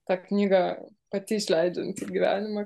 tą knygą pati išleidžiant į gyvenimą